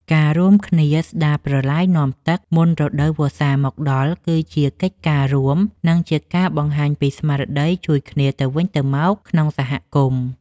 ការរួមសាមគ្គីគ្នាស្ដារប្រឡាយនាំទឹកមុនរដូវវស្សាមកដល់គឺជាកិច្ចការរួម និងជាការបង្ហាញពីស្មារតីជួយគ្នាទៅវិញទៅមកក្នុងសហគមន៍។